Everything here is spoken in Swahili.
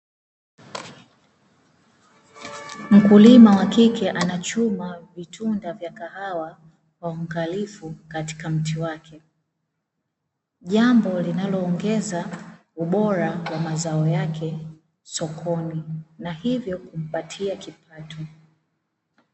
Mkulima wa kike anachuma vitunda vya kahawa kwa uangalifu katika mti wake, jambo linaloongeza ubora wa mazao yake sokoni na hivyo kumpatia kipato.